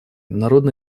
народно